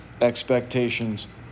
expectations